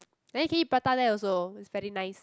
then you can eat prata there also it's very nice